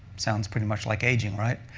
sounds pretty much like aging, right?